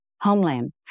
homeland